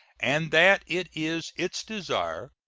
and that it is its desire,